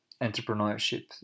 entrepreneurship